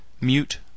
Mute